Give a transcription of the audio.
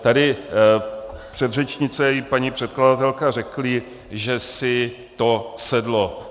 Tady předřečnice i paní předkladatelka řekly, že si to sedlo.